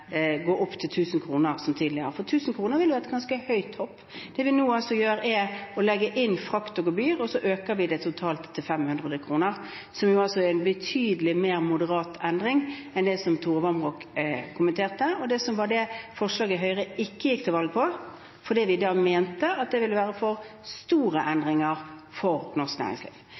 gå opp til 1 000 kr, som tidligere. 1 000 kr ville vært et ganske høyt hopp. Det vi nå gjør, er å legge inn frakt og gebyr. Vi øker det til 500 kr totalt, som er en betydelig mer moderat endring enn det forslaget som Tore Vamraak kommenterte, og som Høyre ikke gikk til valg på. Vi mente da at det ville innebære for store endringer for norsk næringsliv.